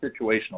situational